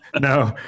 No